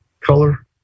color